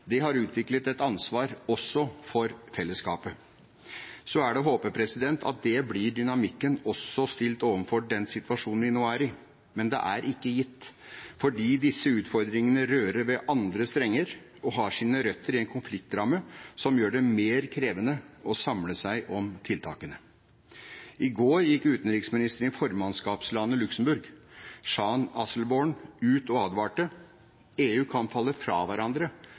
Det har utviklet et ansvar også for fellesskapet. Så er det å håpe at det blir dynamikken også stilt overfor den situasjonen vi nå er i. Men det er ikke gitt, fordi disse utfordringene rører ved andre strenger og har sine røtter i en konfliktramme, som gjør det mer krevende å samle seg om tiltakene. I går gikk utenriksministeren i formannskapslandet Luxembourg, Jean Asselborn, ut og advarte om at EU kan falle fra hverandre